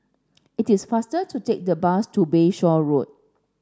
it is faster to take the bus to Bayshore Road